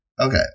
Okay